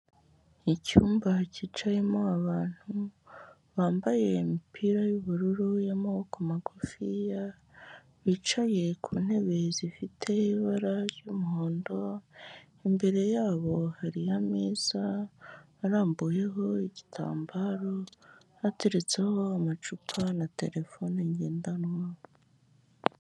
Icyumba cyicayemo abantu bambaye imipira y'ubururu y'amaboko magufiya, bicaye ku ntebe zifite ibara ry'umuhondo, imbere yabo hari ameza arambuyeho igitambaro hateretseho amacupa na terefone ngendanwa.